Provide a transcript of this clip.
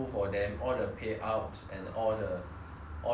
all the money support that is given to them lah